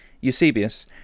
Eusebius